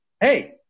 Hey